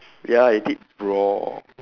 ya I eat it raw